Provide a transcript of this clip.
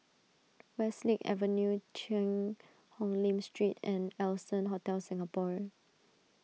Westlake Avenue Cheang Hong Lim Street and Allson Hotel Singapore